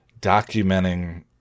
documenting